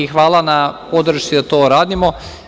Hvala na podršci da to radimo.